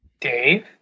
Dave